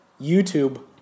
YouTube